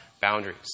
boundaries